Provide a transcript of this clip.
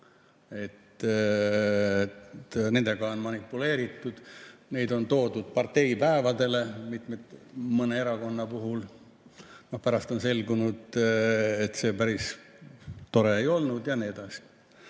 Nendega on manipuleeritud, neid on toodud parteipäevadele mõne erakonna puhul. Pärast on selgunud, et see päris tore ei olnud, ja nii edasi.